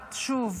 יודעת שוב